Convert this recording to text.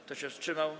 Kto się wstrzymał?